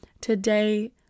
today